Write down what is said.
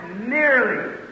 nearly